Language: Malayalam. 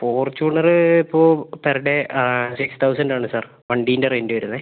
ഫോർച്യൂണർ ഇപ്പോൾ പെർ ഡേ സിക്സ് തൗസൻഡ് ആണ് സാർ വണ്ടീൻ്റെ റെന്റ് വരുന്നത്